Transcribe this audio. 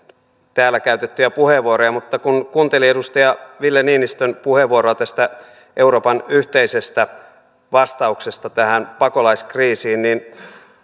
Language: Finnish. täällä käytettyjä puheenvuoroja mutta kun kuuntelin edustaja ville niinistön puheenvuoroa tästä euroopan yhteisestä vastauksesta tähän pakolaiskriisiin niin